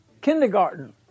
kindergarten